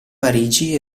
parigi